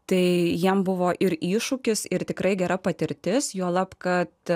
tai jam buvo ir iššūkis ir tikrai gera patirtis juolab kad